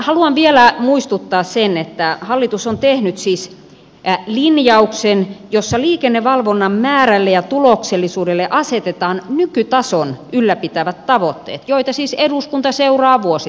haluan vielä muistuttaa siitä että hallitus on tehnyt siis linjauksen jossa liikennevalvonnan määrälle ja tuloksellisuudelle asetetaan nykytason ylläpitävät tavoitteet joita siis eduskunta seuraa vuosittain